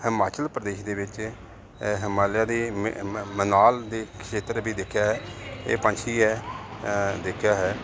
ਹਿਮਾਚਲ ਪ੍ਰਦੇਸ਼ ਦੇ ਵਿੱਚ ਹਿਮਾਲਿਆ ਦੇ ਮ ਮ ਮਨਾਲ ਦੇ ਖੇਤਰ ਵਿੱਚ ਦੇਖਿਆ ਹੈ ਇਹ ਪੰਛੀ ਹੈ ਦੇਖਿਆ ਹੈ